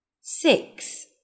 Six